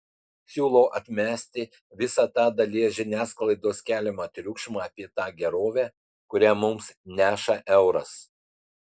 siūlau atmesti visą tą dalies žiniasklaidos keliamą triukšmą apie tą gerovę kurią mums neša euras